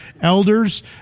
elders